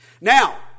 Now